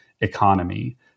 economy